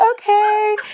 okay